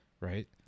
right